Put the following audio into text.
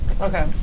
Okay